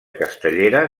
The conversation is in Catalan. castellera